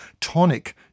tonic